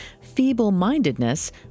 feeble-mindedness